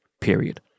period